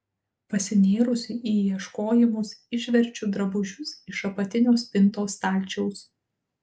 pasinėrusi į ieškojimus išverčiu drabužius iš apatinio spintos stalčiaus